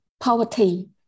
poverty